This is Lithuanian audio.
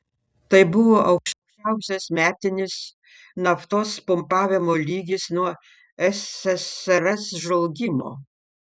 tai buvo aukščiausias metinis naftos pumpavimo lygis nuo ssrs žlugimo